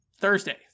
thursday